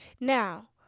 Now